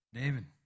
david